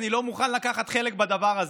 אני לא מוכן לקחת חלק בדבר הזה.